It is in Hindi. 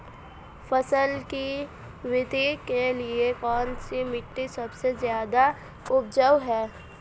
फसल की वृद्धि के लिए कौनसी मिट्टी सबसे ज्यादा उपजाऊ है?